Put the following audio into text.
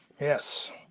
Yes